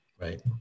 Right